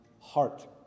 heart